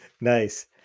Nice